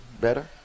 better